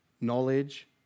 knowledge